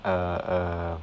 err err